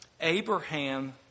Abraham